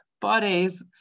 bodies